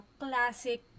classic